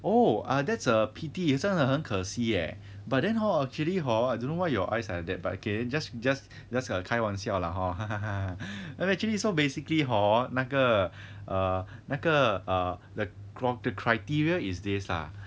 oh err that's a pity 真的很可惜 eh but then hor actually hor I don't know why your eyes like that but okay just just just got to 开玩笑啦 actually so basically hor 那个那个 err the cri~ criteria is this lah